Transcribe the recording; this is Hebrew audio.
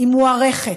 היא מוערכת,